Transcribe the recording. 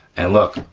and look,